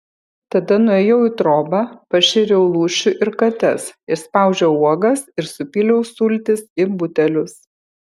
tada nuėjau į trobą pašėriau lūšių ir kates išspaudžiau uogas ir supyliau sultis į butelius